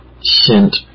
sent